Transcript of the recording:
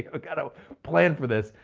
ah got a plan for this.